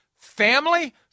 family